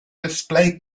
display